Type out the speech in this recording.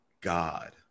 God